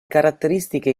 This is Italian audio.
caratteristiche